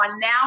Now